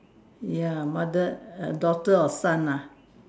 ya mother err daughter or son lah